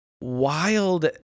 wild